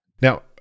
Now